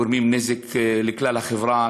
שגורמים נזק לכלל החברה,